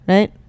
Right